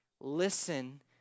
listen